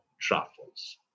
truffles